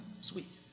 sweet